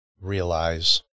realize